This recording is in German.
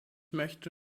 möchte